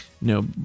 No